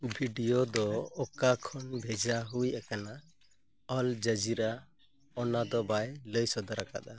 video ᱫᱚ ᱚᱠᱟ ᱠᱷᱚᱱ ᱵᱷᱮᱡᱟ ᱦᱩᱭ ᱟᱠᱟᱱᱟ ᱚᱞ ᱡᱟᱡᱤᱨᱟ ᱚᱱᱟ ᱫᱚ ᱵᱟᱭ ᱞᱟᱹᱭ ᱥᱚᱫᱚᱨ ᱟᱠᱟᱫᱟ